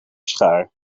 schaar